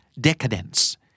Decadence